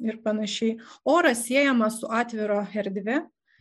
ir panašiai oras siejamas su atvira erdve